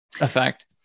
effect